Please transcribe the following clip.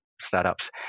startups